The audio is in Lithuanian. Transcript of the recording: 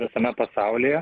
visame pasaulyje